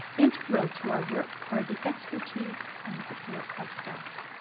integral to our work are the expertise and support of staff.